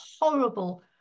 horrible